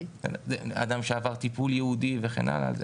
זה אדם שעבר טיפול ייעודי וכן הלאה.